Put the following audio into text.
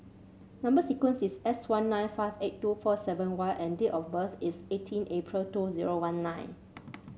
number sequence is S one nine five eight two four seven Y and date of birth is eighteen April two zero one nine